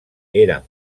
eren